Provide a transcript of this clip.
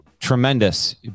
tremendous